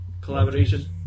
collaboration